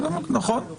נכון?